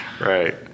Right